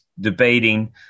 debating